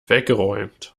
weggeräumt